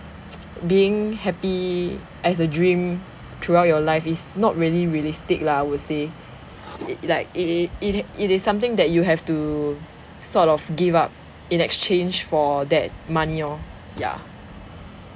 being happy as a dream throughout your life is not really realistic lah I would say like it is it is it is something that you have to sort of give up in exchange for that money lor yeah